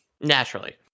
Naturally